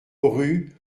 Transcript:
rue